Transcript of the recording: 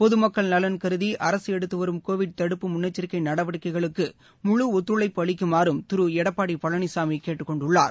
பொதுமக்கள் நலன் கருதி அரசு எடுத்து வரும் கோவிட் தடுப்பு முன்னெச்சிக்கை நடவடிக்கைகளுக்கு முழு ஒத்துழைப்பு அளிக்குமாறும் திரு எடப்பாடி பழனிசாமி கேட்டுக் கொண்டுள்ளார்